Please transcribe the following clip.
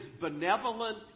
benevolent